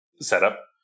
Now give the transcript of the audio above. setup